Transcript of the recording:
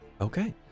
Okay